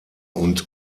und